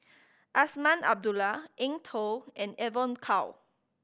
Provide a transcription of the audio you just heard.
Azman Abdullah Eng Tow and Evon Kow